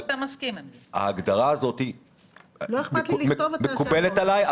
ההגדרה הזאת מקובלת עלי,